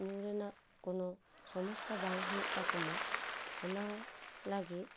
ᱫᱟᱜ ᱧᱩ ᱨᱮᱱᱟᱜ ᱠᱚᱱᱚ ᱥᱚᱢᱚᱥᱥᱟ ᱵᱟᱝ ᱦᱩᱭᱩᱜ ᱛᱟᱠᱚ ᱢᱟ ᱚᱱᱟ ᱞᱹᱟᱜᱤᱫ